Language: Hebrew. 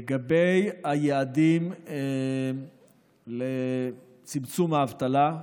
לגבי היעדים לצמצום האבטלה,